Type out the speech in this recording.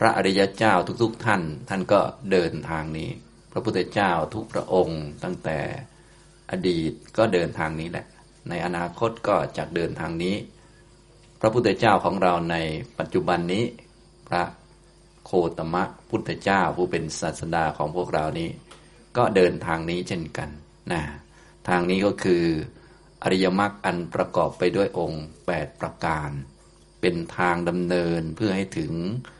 พระอริยเจ้าทุกๆท่าน ท่านก็เดินทางนี้ พระพุทธเจ้าทุกพระองค์ตั้งแต่อดีตก็เดินทางนี้แหละ ในอนาคตก็จะเดินทางนี้ พระพุทธเจ้าของเราในปัจจุบันนี้ พระโคตมะพุทธเจ้าผู้เป็นศาสดาของพวกเรานี้ ก็เดินทางนี้เช่นกันนะ ทางนี้ก็คืออริยมรรคอันประกอบไปด้วยองค์แปดประการ เป็นทางดำเนินเพื่อให้ถึง